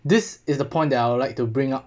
this is the point that I would like to bring up